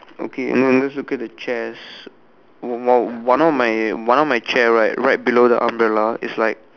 okay let's look at the chairs one one one of my one of my chair right right below the umbrella is like